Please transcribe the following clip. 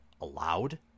allowed